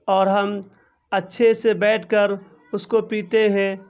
اور ہم اچھے سے بیٹھ کر اس کو پیتے ہیں